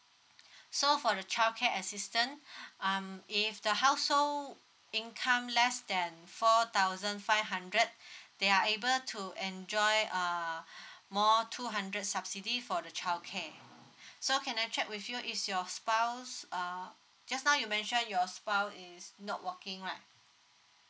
so for the childcare assistant um if the household income less than four thousand five hundred they are able to enjoy err more two hundred subsidy for the childcare so can I check with you is your spouse uh just now you mentioned your spouse is not working right